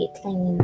clean